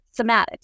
somatics